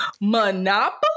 Monopoly